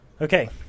Okay